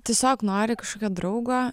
tiesiog nori kažkokio draugo